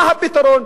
מה הפתרון?